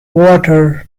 water